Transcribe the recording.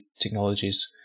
technologies